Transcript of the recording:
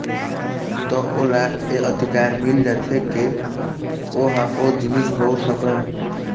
त ओला ये अधिकार मिल जाथे के ओहा ओ जिनिस बउर सकय